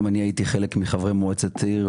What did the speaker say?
גם אני הייתי חלק מחברי מועצת עיר,